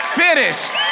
finished